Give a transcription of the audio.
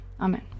amen